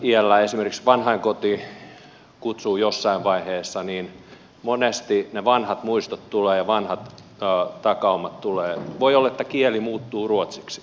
esimerkiksi vanhainkoti kutsuu jossain vaiheessa ja monesti ne vanhat muistot tulevat vanhat takaumat tulevat voi olla että kieli muuttuu ruotsiksi